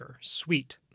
Sweet